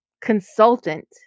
consultant